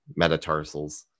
metatarsals